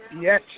Yes